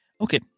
Okay